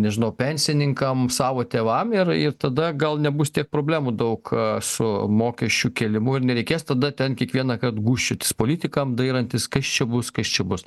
nežinau pensininkam savo tėvam ir ir tada gal nebus tiek problemų daug su mokesčių kėlimu ir nereikės tada ten kiekvieną kart gūžčiotis politikam dairantis kas čia bus kas čia bus